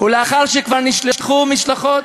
ולאחר שכבר נשלחו משלחות,